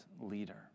leader